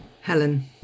Helen